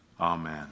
amen